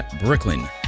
Brooklyn